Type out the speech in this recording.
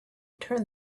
turn